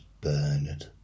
Bernard